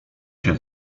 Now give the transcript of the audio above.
się